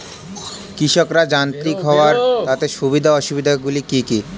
কৃষকরা যান্ত্রিক হওয়ার তাদের সুবিধা ও অসুবিধা গুলি কি কি?